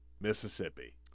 Mississippi